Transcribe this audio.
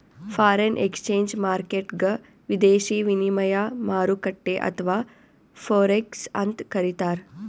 foreign exchange ಮಾರ್ಕೆಟ್ಗ್ ವಿದೇಶಿ ವಿನಿಮಯ ಮಾರುಕಟ್ಟೆ ಅಥವಾ ಫೋರೆಕ್ಸ್ ಅಂತ್ ಕರಿತಾರ್